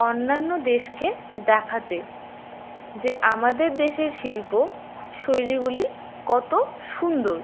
অন্যান্য দেশকে দেখাতে যে আমাদের দেশের শিল্পশৈলীগুলি কত সুন্দর